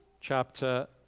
chapter